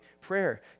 prayer